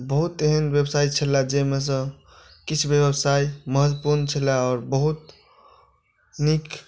बहुत एहन व्यवसाय छलए जाहिमेसँ किछु व्यवसाय महत्वपूर्ण छलए आओर बहुत नीक